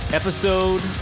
episode